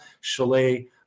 Chalet